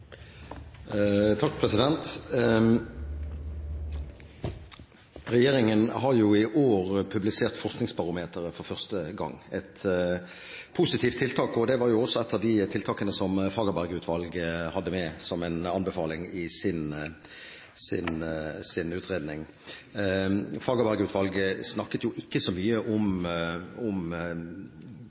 Regjeringen har i år publisert Forskningsbarometeret for første gang. Det er et positivt tiltak. Det var også ett av de tiltakene som Fagerberg-utvalget hadde med som en anbefaling i sin utredning. Fagerberg-utvalget snakket ikke så mye om